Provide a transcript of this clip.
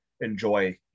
enjoy